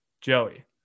Joey